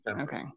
Okay